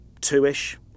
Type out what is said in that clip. two-ish